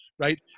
right